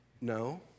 No